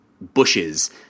bushes